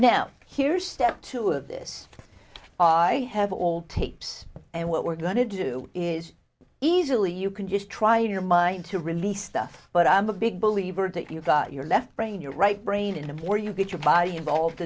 now here's step two of this i have old tapes and what we're going to do is easily you can just try your mind to release stuff but i'm a big believer that you've got your left brain your right brain in a before you get your body involved